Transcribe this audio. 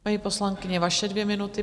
Paní poslankyně, vaše dvě minuty.